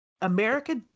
america